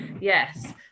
yes